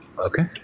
Okay